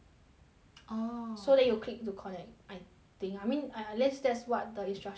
orh so then you click to connect I think I mean I at least that's what the instructions tell me lah